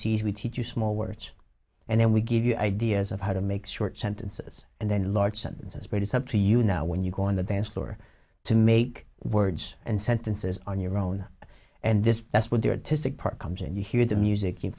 c s we teach you small words and then we give you ideas of how to make short sentences and then large sentences but it's up to you now when you go on the dance floor to make words and sentences on your own and this that's what they are to stick part comes and you hear the music